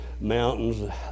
mountains